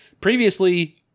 Previously